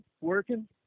working